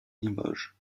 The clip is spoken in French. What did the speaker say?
limoges